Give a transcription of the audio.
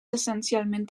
essencialment